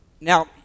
Now